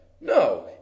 No